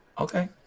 Okay